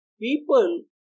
people